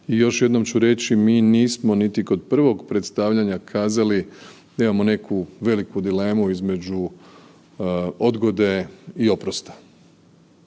I još jednom ću reći mi nismo niti kod prvog predstavljanja kazali da imamo neku veliku dilemu između odgode i oprosta.